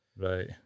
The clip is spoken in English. right